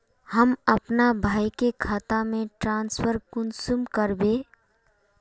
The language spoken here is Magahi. हम अपना भाई के खाता में ट्रांसफर कुंसम कारबे?